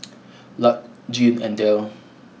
Lark Jean and Del